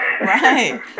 Right